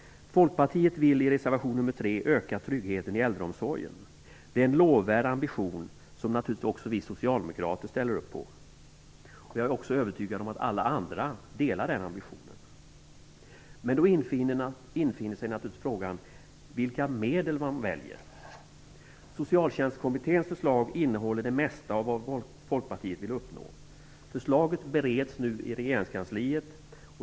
Folkpartiet vill enligt reservation nr 3 öka tryggheten i äldreomsorgen. Det är en lovvärd ambition som naturligtvis också vi socialdemokrater ställer upp på. Jag är övertygad om att alla andra har samma ambition. Men då infinner sig naturligtvis frågan om vilka medel man väljer. Socialtjänstkommitténs förslag innehåller det mesta av vad Folkpartiet vill uppnå. Förslaget bereds nu i regeringskansliet.